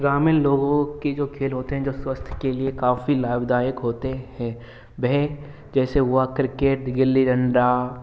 ग्रामीन लोगों की खेल होते हैं जो स्वास्थ्य के लिए काफ़ी लाभदायक होते हैँ वह जैसे हुआ क्रिकेट गिल्ली डंडा